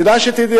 כדאי שתדעי.